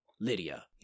Lydia